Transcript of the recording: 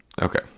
Okay